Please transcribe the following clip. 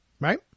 Right